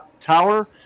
tower